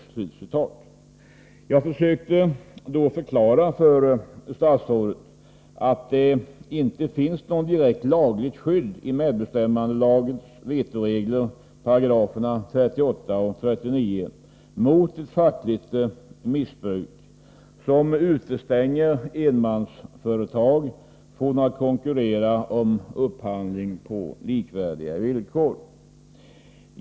Jag försökte vid det tillfället förklara för statsrådet att det inte finns något direkt lagligt skydd i medbestämmandelagens vetoregler, 38 och 39 §§, mot ett fackligt missbruk som utestänger enmansföretag från att konkurrera om upphandling på likvärdiga villkor.